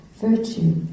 virtue